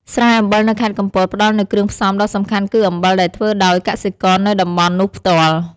ស្រែអំបិលនៅខេត្តកំពត ផ្តល់នូវគ្រឿងផ្សំដ៏សំខាន់គឺអំបិលដែលធ្វើដោយកសិករនៅតំបន់នោះផ្ទាល់។។